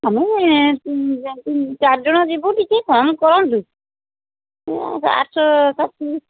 ଆମେ ଚାରି ଜଣ ଯିବୁ ଟିକେ କମ୍ କରନ୍ତୁ ଏ ଆଠଶହ ସାତଶହ